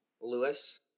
Lewis